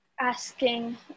asking